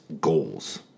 goals